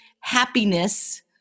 happiness